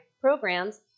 programs